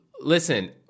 Listen